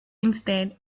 instead